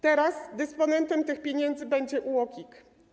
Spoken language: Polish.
Teraz dysponentem tych pieniędzy będzie UOKiK.